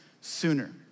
sooner